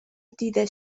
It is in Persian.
دیده